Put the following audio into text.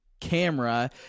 camera